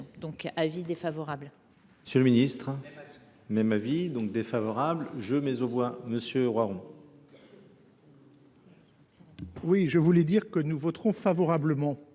un avis défavorable